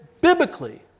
biblically